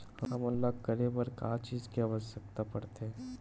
हमन ला करे बर का चीज के आवश्कता परथे?